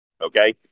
okay